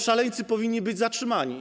Szaleńcy powinni być zatrzymani.